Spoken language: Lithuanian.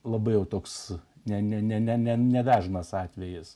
labai jau toks ne ne ne ne nedažnas atvejis